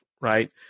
Right